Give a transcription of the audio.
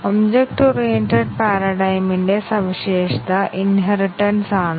object oriented paradigm ന്റെ സവിശേഷത inheritance ആണ്